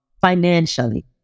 financially